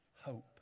hope